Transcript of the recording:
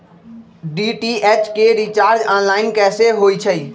DTH के recharge online कैसे होईछई?